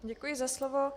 Děkuji za slovo.